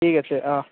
ঠিক আছে অঁ